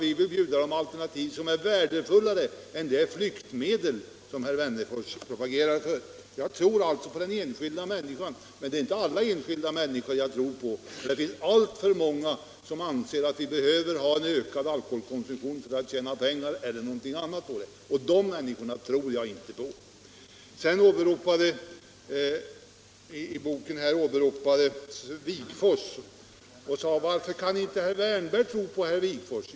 Vi vill bjuda ungdomen alternativ som är värdefullare än det flyktmedel som herr Wennerfors propagerar för. Jag tror alltså på den enskilda människan — dock inte på alla. Det finns alltför många som anser att vi behöver ha en ökad alkoholkonsumtion för att tjäna pengar eller på annat sätt vinna på det. De män niskorna tror jag inte på. Vidare åberopades ett citat av herr Wigforss, och herr Wennerfors frågade: Varför kan inte herr Wärnberg tro på herr Wigforss?